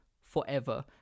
forever